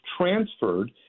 transferred